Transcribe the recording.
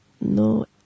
no